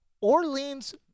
Orleans